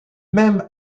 même